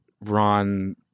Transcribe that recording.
Ron